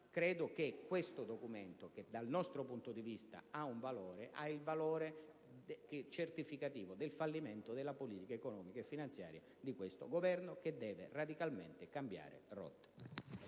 Credo che questo documento, che dal nostro punto di vista ha un valore, certifichi il fallimento della politica economica e finanziaria del Governo, che deve radicalmente cambiare rotta.